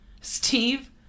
Steve